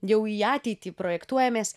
jau į ateitį projektuojamės